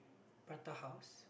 prata house